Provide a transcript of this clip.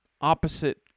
opposite